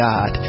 God